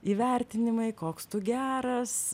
įvertinimai koks tu geras